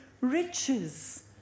riches